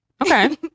Okay